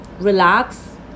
Relax